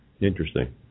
Interesting